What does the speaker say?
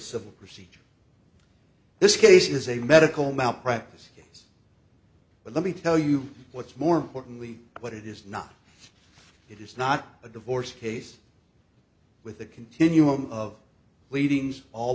civil procedure this case is a medical malpractise but let me tell you what's more importantly what it is not it is not a divorce case with a continuum of pleadings all